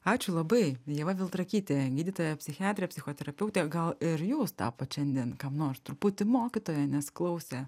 ačiū labai ieva viltrakytė gydytoja psichiatrė psichoterapeutė gal ir jūs tapot šiandien kam nors truputį mokytoja nes klausė